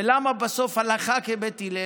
ולמה בסוף הלכה כבית הלל?